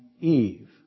Eve